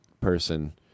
person